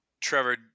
Trevor